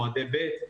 מועדי ב'.